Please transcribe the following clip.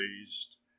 raised